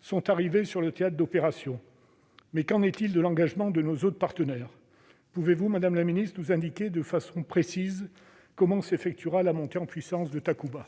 sont arrivés sur le théâtre des opérations. Mais qu'en est-il de l'engagement de nos autres partenaires ? Pouvez-vous nous indiquer de façon précise, madame la ministre, comment s'effectuera la montée en puissance de Takuba ?